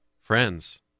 Friends